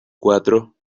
cuatro